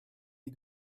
die